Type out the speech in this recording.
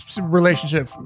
relationship